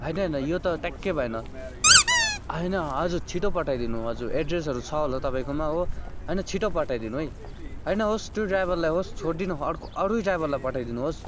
होइन होइन यो त ट्याक्कै भएन होइन हजुर छिटो पठाइदिनु हजुर एड्रेसहरू छ होला तपाईँकोमा हो होइन छिटो पठाइदिनु है होइन होस् त्यो ड्राइभरलाई होस् छोडिदिनु अर्को अरू नै ड्राइभरलाई पठाइदिनु होस्